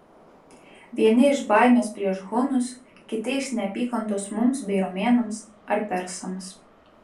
vieni iš baimės prieš hunus kiti iš neapykantos mums bei romėnams ar persams